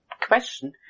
question